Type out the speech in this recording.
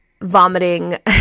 vomiting